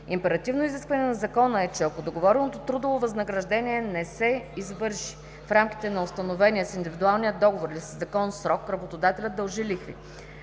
Императивно изискване на Закона е, че ако договореното трудово възнаграждение не се извърши в рамките на установения с индивидуалния договор или със Закона срок, работодателят дължи лихви.